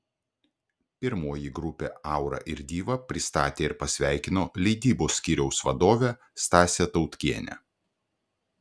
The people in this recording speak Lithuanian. pirmoji grupę aura ir diva pristatė ir pasveikino leidybos skyriaus vadovė stasė tautkienė